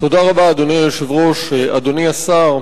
אדוני היושב-ראש, אדוני השר,